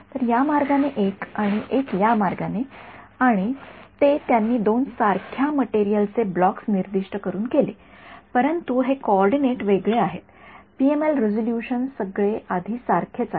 तर या मार्गाने एक आणि एक या मार्गाने आणि ते त्यांनी दोन सारख्या मटेरियल चे ब्लॉक्स निर्दिष्ट करुन केले आहे परंतु हे कोऑर्डिनेट वेगळे आहेत पीएमएल रिझोल्युशन सगळे आधी सारखेच आहे